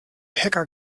hacker